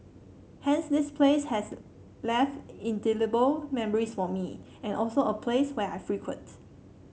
hence this place has left indelible memories for me and also a place where I frequent